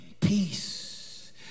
peace